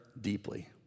deeply